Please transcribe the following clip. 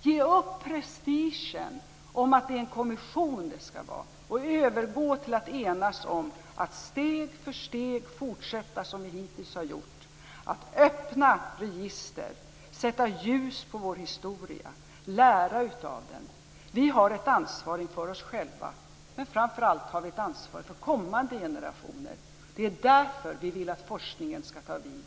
och ge upp prestigen om att det är en kommission det skall vara samt övergå till att enas om att steg för steg fortsätta som vi hittills har gjort och öppna register, sätta ljus på vår historia och lära av den? Vi har ett ansvar inför oss själva, men framför allt har vi ett ansvar inför kommande generationer. Det är därför som vi vill att forskningen skall ta vid.